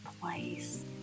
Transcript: place